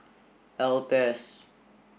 Altez